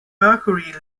mercury